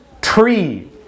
tree